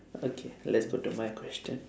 okay let's go to my question